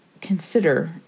consider